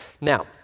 Now